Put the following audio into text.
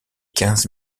quinze